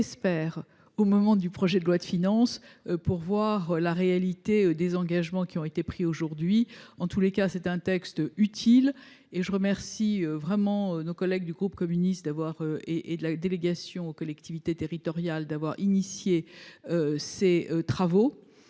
l'espère, au moment du projet de loi de finances pour voir la réalité des engagements qui ont été pris aujourd'hui en tous les cas, c'est un texte utile et je remercie vraiment nos collègues du groupe communiste d'avoir et, et de la délégation aux collectivités territoriales d'avoir initié. Ces travaux